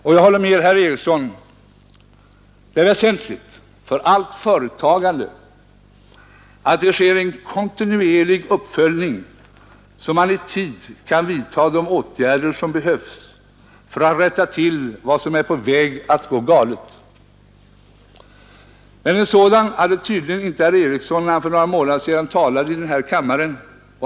Och jag håller med herr Ericsson, det är väsentligt för allt företagande att det sker en kontinuerlig uppföljning, så att man i tid kan vidta de åtgärder som behövs för att rätta till vad som är på väg att gå galet. Men en sådan hade tydligen inte herr Ericsson när han för några månader sedan talade i den här kammaren.